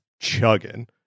chugging